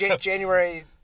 January